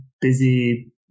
busy